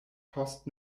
post